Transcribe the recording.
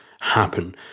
happen